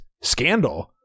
scandal